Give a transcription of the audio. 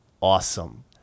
awesome